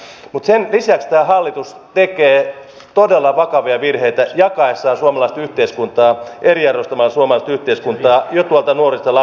mutta sen lisäksi tämä hallitus tekee todella vakavia virheitä jakaessaan suomalaista yhteiskuntaa eriarvoistamalla suomalaista yhteiskuntaa jo tuolta nuorista lapsista lähtien